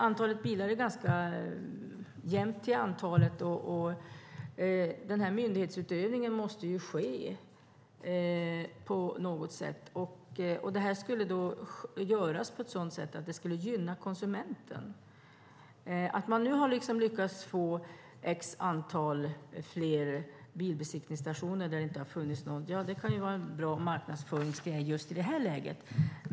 Antalet bilar är ganska jämnt, och den här myndighetsutövningen måste ske på något sätt. Det skulle då göras på ett sådant sätt att det skulle gynna konsumenten. Att man nu har lyckats få fler bilbesiktningsstationer där det inte har funnits någon kan vara en bra marknadsföringsgrej just i det här läget.